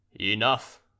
enough